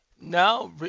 Now